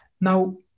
Now